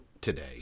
today